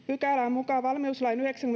mukaan valmiuslain